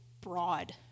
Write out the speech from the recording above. broad